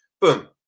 boom